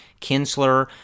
Kinsler